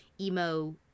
emo